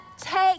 take